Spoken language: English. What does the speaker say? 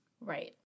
Right